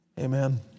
Amen